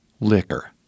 liquor